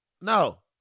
No